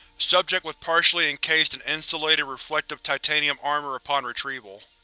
subject was partially encased in insulated, reflective titanium armor upon retrieval.